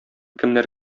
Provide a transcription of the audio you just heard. кемнәр